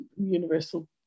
universal